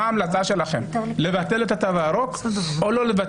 מה ההמלצה שלכם, לבטל את התו הירוק או לא?